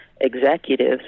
executives